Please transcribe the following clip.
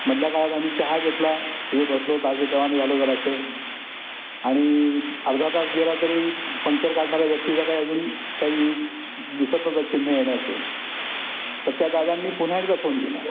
मधल्या काळात आम्ही चहा घेतला हे बसलो ताजेतवाने झालो जरासे आणि अर्धा तास गेला तरी पंचर काढणाऱ्या व्यक्तीचा काय अजून काही दिसत नव्हता चिन्ह येण्याचं तर त्या दादांनी पुन्हा एकदा फोन केला